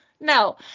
No